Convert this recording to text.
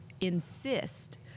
insist